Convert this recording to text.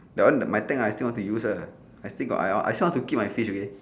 that one my tank I still want to use uh I still want to keep my fish okay